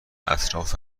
اطراف